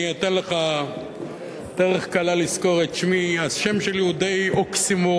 אני אתן לך דרך קלה לזכור את שמי: השם שלי הוא די אוקסימורון,